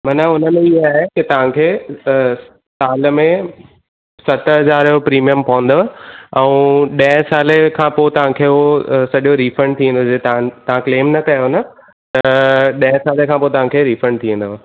माना हुन में ईअं आहे तव्हांखे अ साल में सत हज़ार जो प्रीमिअम पवंदव ऐं तव्हांखे ॾह साल खां पोइ तव्हांखे उ सॼो रिफंड थींदव तव्हां क्लेम न कयव त ॾह साल खां पोइ तव्हांखे रिफंड थी वेंदुव हा